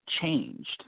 changed